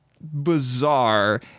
bizarre